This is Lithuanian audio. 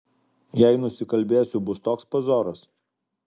jei nusikalbėsiu bus toks pazoras